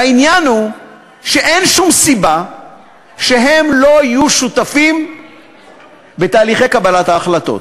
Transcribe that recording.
והעניין הוא שאין שום סיבה שהם לא יהיו שותפים בתהליכי קבלת ההחלטות.